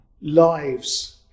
Lives